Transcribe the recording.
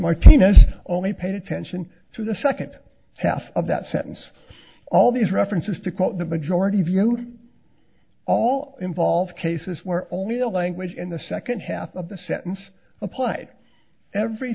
martinez only paid attention to the second half of that sentence all these references to quote the majority view all involve cases where only a language in the second half of the sentence applied every